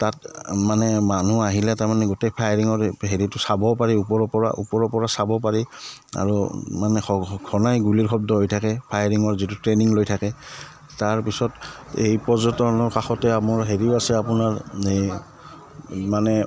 তাত মানে মানুহ আহিলে তাৰমানে গোটেই ফায়াৰিঙৰ হেৰিটো চাবও পাৰি ওপৰৰ পৰা ওপৰৰ পৰা চাব পাৰি আৰু মানে ঘনাই গুলিৰ শব্দ হৈ থাকে ফায়াৰিঙৰ যিটো ট্ৰেইনিং লৈ থাকে তাৰপিছত এই পৰ্যটনৰ কাষতে আমাৰ হেৰিও আছে আপোনাৰ এই মানে